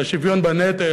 לשוויון בנטל,